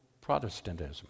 Protestantism